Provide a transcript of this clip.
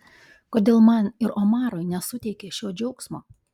kodėl man ir omarui nesuteikė šio džiaugsmo